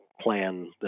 plan